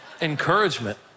encouragement